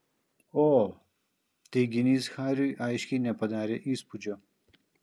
o teiginys hariui aiškiai nepadarė įspūdžio